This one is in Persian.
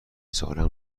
سالهام